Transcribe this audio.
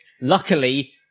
Luckily